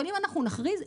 אבל אם אנחנו נכריז,